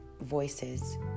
voices